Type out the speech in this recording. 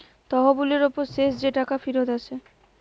তহবিলের উপর শেষ যে টাকা ফিরত আসে